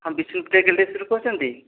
ହଁ ବିଷ୍ଣୁପ୍ରିୟା ଗେଲେକ୍ସିରୁ କହୁଛନ୍ତି